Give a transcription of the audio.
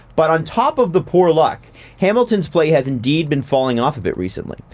but on top of the poor luck hamilton's play has indeed been falling off a bit recently.